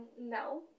no